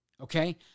okay